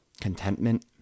contentment